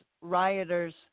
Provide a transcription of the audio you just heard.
rioters